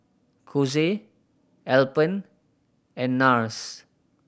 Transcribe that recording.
Kose Alpen and Nars